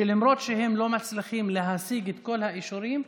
שלמרות שהם לא מצליחים להשיג את כל האישורים,